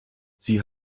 sie